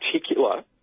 particular